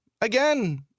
Again